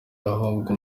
ahubwo